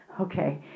Okay